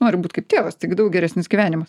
noriu būt kaip tėvas tik daug geresnis gyvenimas